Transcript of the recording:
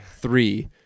three